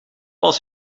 als